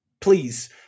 please